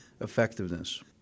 Effectiveness